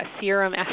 serum